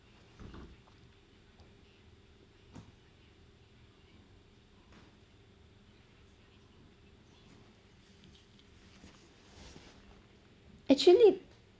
actually